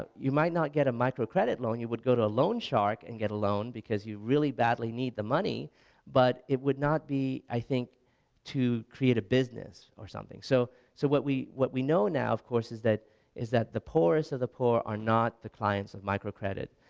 you might not get a micro credit loan you would go to a a loan shark and get a loan becuase you really badly need the money but it would not be i think to create a business or something. so so what we what we know now of course is that is that the poorest of the poor are not the clients of micro credit.